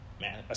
man